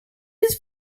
his